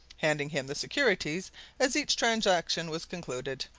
handing him the securities as each transaction was concluded.